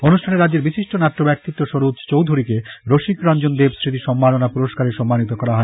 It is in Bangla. অনুষ্ঠানে রাজ্যের বিশিষ্ট নাট্য ব্যক্তিত্ব সরোজ চৌধুরীকে রসিক রঞ্জন দেব স্মৃতি সম্মননা পুরস্কারে সম্মানিত করা হয়